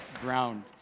ground